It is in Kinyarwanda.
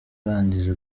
arangije